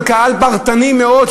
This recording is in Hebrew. על קהל פרטני מאוד,